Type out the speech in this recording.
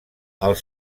els